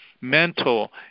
mental